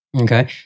Okay